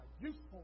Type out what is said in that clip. useful